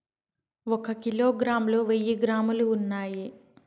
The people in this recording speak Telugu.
ఒక కిలోగ్రామ్ లో వెయ్యి గ్రాములు ఉన్నాయి